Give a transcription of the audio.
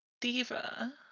Diva